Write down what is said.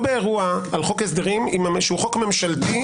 באירוע על חוק הסדרים, שהוא חוק ממשלתי.